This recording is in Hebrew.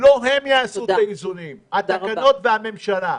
לא המשטרה תעשה את האיזונים אלא התקנות והממשלה.